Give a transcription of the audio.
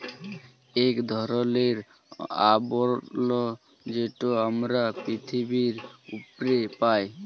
ইক ধরলের আবরল যেট আমরা পিথিবীর উপ্রে পাই